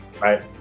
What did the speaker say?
Right